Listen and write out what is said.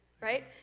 right